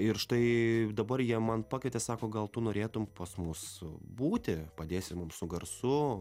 ir štai dabar jie man pakvietė sako gal tu norėtum pas mus būti padėsi mum su garsu